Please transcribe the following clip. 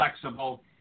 flexible